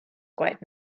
quite